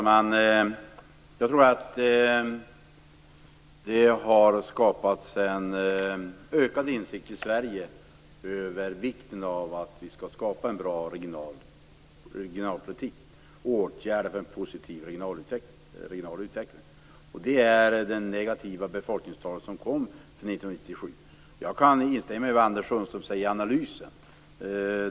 Herr talman! Det har skapats en ökad insikt i Sverige om vikten av att ha en bra regionalpolitik och åtgärder för en positiv regional utveckling. Bakgrunden är de negativa befolkningstalen för 1997. Jag kan instämma i vad Anders Sundström säger i analysen.